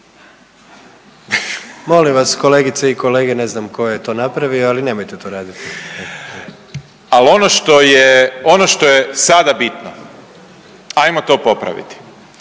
Molim vas kolegice i kolege, ne znam ko je to napravio, ali nemojte to raditi/…. Al ono što je, ono što je sada bitno ajmo to popraviti.